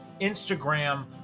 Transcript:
Instagram